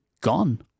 gone